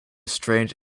strange